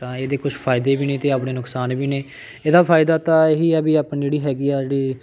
ਤਾਂ ਇਹਦੇ ਕੁਛ ਫ਼ਾਇਦੇ ਵੀ ਨੇ ਅਤੇ ਆਪਣੇ ਨੁਕਸਾਨ ਵੀ ਨੇ ਇਹਦਾ ਫਾਇਦਾ ਤਾਂ ਇਹੀ ਆ ਵੀ ਆਪਾਂ ਨੂੰ ਜਿਹੜੀ ਹੈਗੀ ਆ ਜਿਹੜੀ